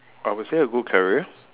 I would say a good career